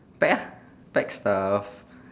pack ah pack stuff